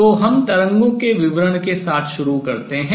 तो हम तरंगों के विवरण के साथ शुरू करते हैं